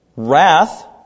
Wrath